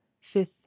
Fifth